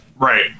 Right